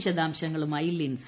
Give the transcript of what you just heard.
വിശദാംശങ്ങളുമായി ലിൻസ